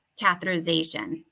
catheterization